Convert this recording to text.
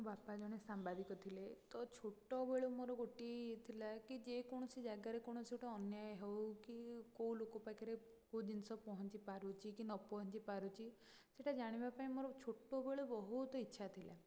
ମୋ ବାପା ଜଣେ ସାମ୍ବାଦିକ ଥିଲେ ତ ଛୋଟବେଳୁ ମୋର ଗୋଟିଏ ଥିଲା କି ଯେ କୌଣସି ଜାଗାରେ କୌଣସି ଗୋଟେ ଅନ୍ୟାୟ ହେଉ କି କେଉଁ ଲୋକ ପାଖରେ କେଉଁ ଜିନିଷ ପହଞ୍ଚି ପାରୁଛି କି ନ ପହଞ୍ଚି ପାରୁଛି ସେଇଟା ଜାଣିବା ପାଇଁ ମୋର ଛୋଟବେଳୁ ମୋର ବହୁତ ଇଚ୍ଛା ଥିଲା